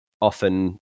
often